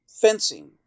fencing